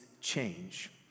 change